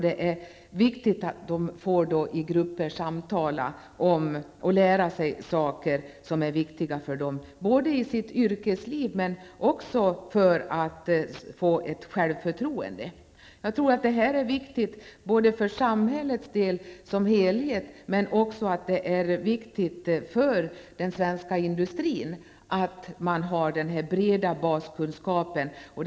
Det är viktigt att dessa människor i grupper får samtala och lära sig saker som är viktiga för dem. Det gäller i deras yrkesliv men också för att ge dem självförtroende. Jag tror att detta är viktigt för samhället som helhet, men också för den svenska industrin, att den breda baskunskapen finns.